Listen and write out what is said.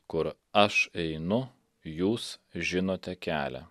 kur aš einu jūs žinote kelią